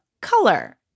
color